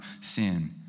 sin